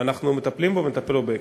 ואנחנו מטפלים בו ונטפל בו בהקדם.